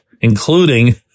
Including